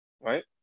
Right